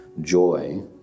joy